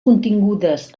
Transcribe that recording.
contingudes